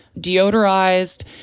deodorized